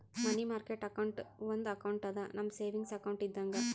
ಮನಿ market account ಒಂದು account ಅದಾ, ನಮ್ ಸೇವಿಂಗ್ಸ್ ಅಕೌಂಟ್ ಇದ್ದಂಗ